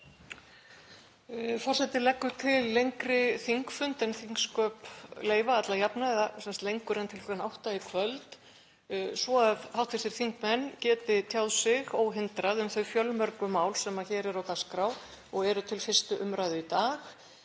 Forseti leggur til lengri þingfund en þingsköp leyfa alla jafna, sem sagt lengur en til klukkan átta í kvöld svo að hv. þingmenn geti tjáð sig óhindrað um þau fjölmörgu mál sem hér eru á dagskrá og eru til 1. umræðu í dag